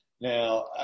Now